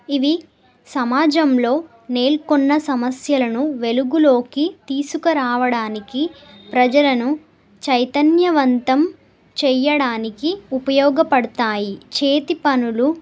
ఇవి సమాజంలో నెలకొన్న సమస్యలను వెలుగులోకి తీసుకురావడానికి ప్రజలను చైతన్యవంతం చెయ్యడానికి ఉపయోగపడతాయి చేతి పనులు